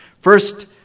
First